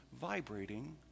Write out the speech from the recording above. vibrating